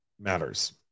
matters